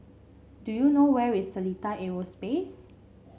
do you know where is Seletar Aerospace